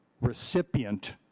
recipient